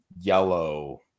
yellow